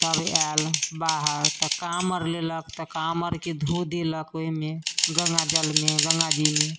तब आयल बाहर तऽ कामर लेलक तऽ कामरके धो देलक ओहिमे गङ्गा जलमे गङ्गाजीमे